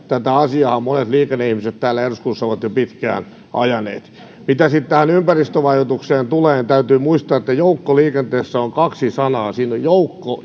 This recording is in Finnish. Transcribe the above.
tätä asiaahan monet liikenneihmiset täällä eduskunnassa ovat jo pitkään ajaneet mitä sitten tähän ympäristövaikutukseen tulee täytyy muistaa että joukkoliikenteessä on kaksi sanaa siinä on joukko